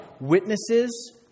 witnesses